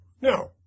No